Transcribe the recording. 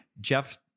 Jeff